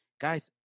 Guys